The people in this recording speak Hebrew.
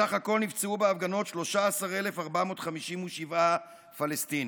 בסך הכול נפצעו בהפגנות 13,457 פלסטינים.